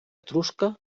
etrusca